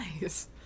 Nice